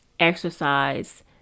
Exercise